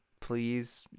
please